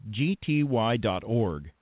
gty.org